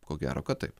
ko gero kad taip